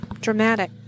dramatic